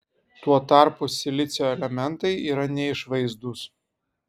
tuo tarpu silicio elementai yra neišvaizdūs